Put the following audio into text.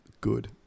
Good